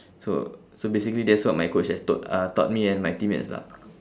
so so basically that's what my coach has told uh taught me and my teammates lah